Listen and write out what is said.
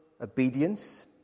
obedience